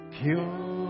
pure